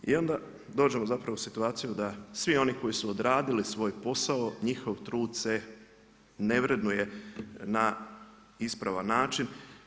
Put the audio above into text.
I onda dođemo zapravo u situaciju, da svi oni koji su odradili svoj posao, njihov trud se ne vrednuje na ispavan način.